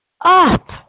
up